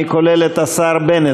אני כולל את השר בנט,